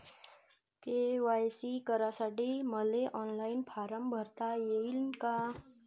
KYC करासाठी मले online form भरता येईन का?